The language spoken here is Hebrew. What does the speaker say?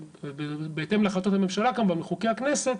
בהתאם להחלטות הממשלה כמובן וחוקי הכנסת,